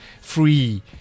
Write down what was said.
free